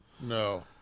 No